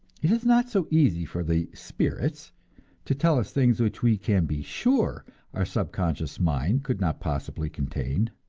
it is not so easy for the spirits to tell us things which we can be sure our subconscious mind could not possibly contain.